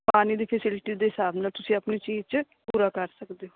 ਪਾਣੀ ਦੀ ਫਸਿਲਟੀਜ ਦੇ ਹਿਸਾਬ ਨਾਲ ਤੁਸੀਂ ਆਪਣੀ ਚੀਜ 'ਚ ਪੂਰਾ ਕਰ ਸਕਦੇ ਓ